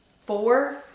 four